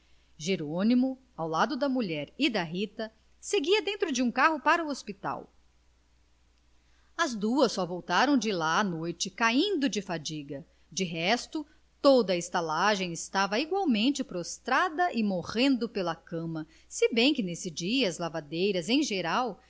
jiraus jerônimo ao lado da mulher e da rita seguia dentro de um carro para o hospital as duas só voltaram de lá à noite caindo de fadiga de resto toda a estalagem estava igualmente prostrada e morrendo pela cama se bem que nesse dia as lavadeiras em geral